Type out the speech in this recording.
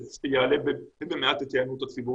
שזה יעלה במעט את היענות הציבור